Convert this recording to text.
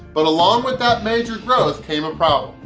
but along with that major growth came a problem.